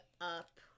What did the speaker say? up